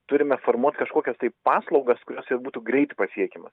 turime formuot kažkokias tai paslaugas kurios jas būtų greit pasiekiama